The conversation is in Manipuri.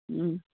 ꯎꯝ